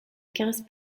quinze